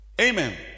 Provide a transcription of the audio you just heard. Amen